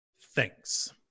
Thanks